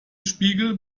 spiegel